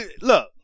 look